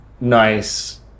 nice